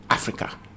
Africa